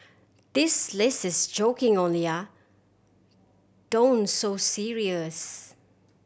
this list is joking only ah don't so serious